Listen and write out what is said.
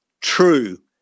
true